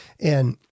And-